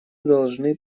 должны